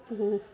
ହୁଁ